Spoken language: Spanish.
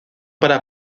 para